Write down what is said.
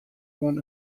oan